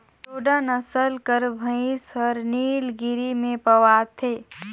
टोडा नसल कर भंइस हर नीलगिरी में पवाथे